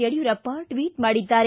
Yediyurappa tweet ಮಾಡಿದ್ದಾರೆ